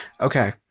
Okay